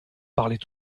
parlait